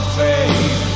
faith